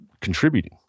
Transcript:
contributing